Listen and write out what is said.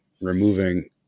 removing